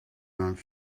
not